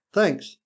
Thanks